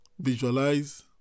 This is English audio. visualize